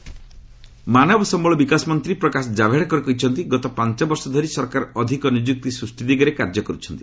Javadekar HRD ମାନବ ସମ୍ଭଳ ବିକାଶ ମନ୍ତ୍ରୀ ପ୍ରକାଶ ଜାବଡେକର କହିଛନ୍ତି ଗତ ପାଞ୍ଚ ବର୍ଷ ଧରି ସରକାର ଅଧିକ ନିଯୁକ୍ତି ସୃଷ୍ଟି ଦିଗରେ କାର୍ଯ୍ୟ କରୁଛନ୍ତି